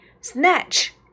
Snatch